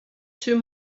two